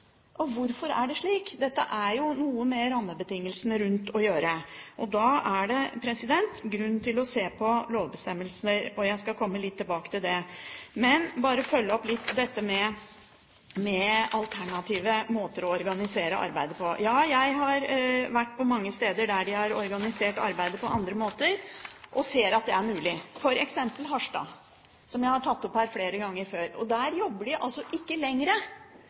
Hvorfor er det slik? Dette har noe med rammebetingelsene å gjøre. Da er det grunn til å se på lovbestemmelsene, og jeg skal komme litt tilbake til det. Men la meg bare få følge opp litt dette med alternative måter å organisere arbeidet på. Jeg har vært på mange steder der de har organisert arbeidet på andre måter, og ser at det er mulig. For eksempel i Harstad, som jeg har tatt opp her flere ganger før, jobber de altså ikke